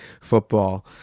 football